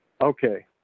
Okay